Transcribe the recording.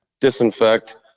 disinfect